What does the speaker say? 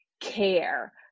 care